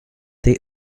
they